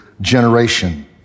generation